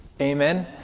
amen